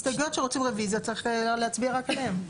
הסתייגויות שרוצים רוויזיה, צריך להצביע רק עליהן.